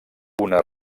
una